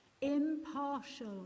impartial